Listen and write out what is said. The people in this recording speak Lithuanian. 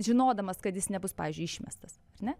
žinodamas kad jis nebus pavyzdžiui išmestas ar ne